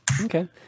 Okay